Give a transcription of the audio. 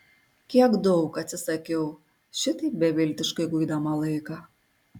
kiek daug atsisakiau šitaip beviltiškai guidama laiką